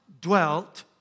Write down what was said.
dwelt